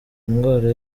indwara